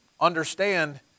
understand